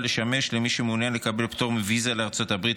לשמש למי שמעוניין לקבל פטור מוויזה לארצות הברית